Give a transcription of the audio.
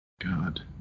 God